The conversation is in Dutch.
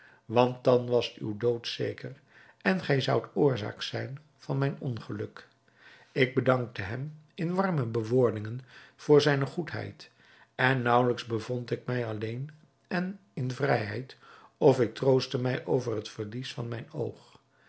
want dan was uw dood zeker en gij zoudt oorzaak zijn van mijn ongeluk ik bedankte hem in warme bewoordingen voor zijne goedheid en naauwelijks bevond ik mij alleen en in vrijheid of ik troostte mij over het verlies van mijn oog